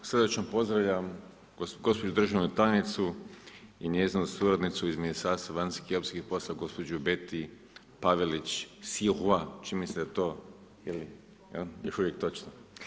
Srdačno pozdravljam gospođu državnu tajnicu i njezinu suradnicu iz Ministarstva vanjskih i europskih poslova, gospođu Beti Pavelić … čini mi se da to još uvijek točno.